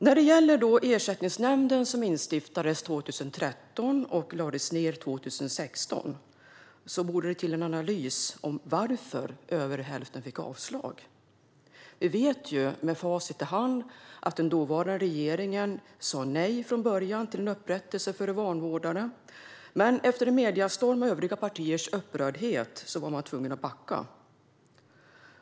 När det gäller Ersättningsnämnden, som instiftades 2013 och lades ned 2016, borde det till en analys av varför över hälften fick avslag. Vi vet med facit i hand att den dåvarande regeringen från början sa nej till upprättelse för de vanvårdade men efter en mediestorm och övriga partiers upprördhet var tvungen att backa.